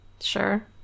sure